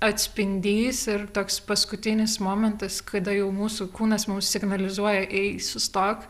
atspindys ir toks paskutinis momentas kada jau mūsų kūnas mums signalizuoja ei sustok